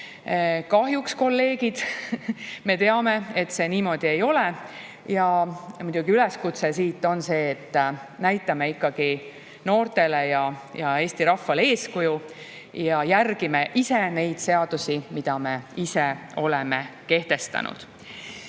Kahjuks me, kolleegid, teame, et see niimoodi ei ole. Üleskutse muidugi on see, et näitame ikkagi noortele ja Eesti rahvale eeskuju ja järgime neid seadusi, mille me ise oleme kehtestanud.